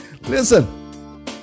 Listen